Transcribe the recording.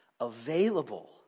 available